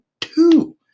two